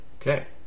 okay